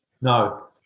No